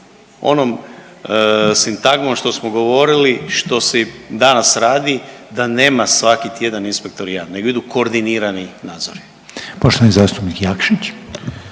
onom sintagmom što smo govorili što se i danas radi da nema svaki tjedan inspektorijat nego idu koordinirani nadzori. **Reiner,